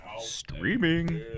Streaming